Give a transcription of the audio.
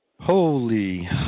Holy